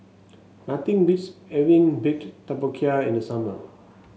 nothing beats having Baked Tapioca in the summer